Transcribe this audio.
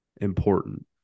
important